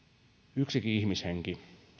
yksikin ihmishenki